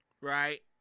Right